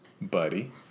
buddy